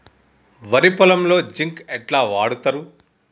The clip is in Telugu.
వరి పొలంలో జింక్ ఎట్లా వాడుతరు?